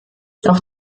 auch